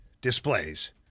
displays